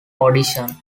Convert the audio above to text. audition